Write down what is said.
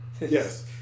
Yes